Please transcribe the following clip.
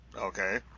Okay